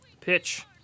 Pitch